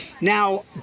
Now